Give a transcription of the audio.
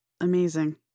amazing